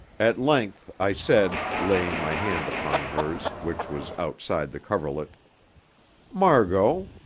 at length i said, laying my hand upon hers, which was outside the coverlet margot,